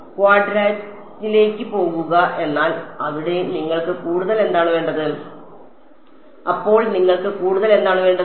ക്വാഡ്രാറ്റിക്കിലേക്ക് പോകുക എന്നാൽ അവിടെ നിങ്ങൾക്ക് കൂടുതൽ എന്താണ് വേണ്ടത് അപ്പോൾ നിങ്ങൾക്ക് കൂടുതൽ എന്താണ് വേണ്ടത്